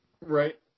Right